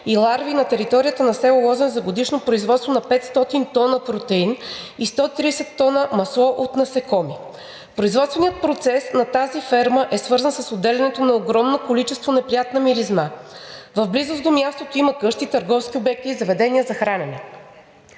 и ларви на територията на село Лозен за годишно производство на 500 тона протеин и 130 тона масло от насекоми. Производственият процес на тази ферма е свързан с отделянето на огромно количество неприятна миризма. В близост до мястото има къщи, търговски обекти и заведения за хранене.